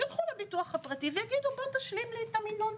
ילכו לביטוח הפרטי ויגידו: תשלים לי את המינון,